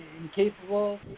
incapable